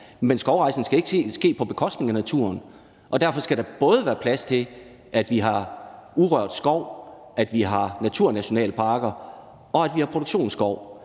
Men skovrejsning skal ikke ske på bekostning af naturen, og derfor skal der både være plads til, at vi har urørt skov, at vi har naturnationalparker, og at vi har produktionsskov.